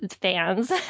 fans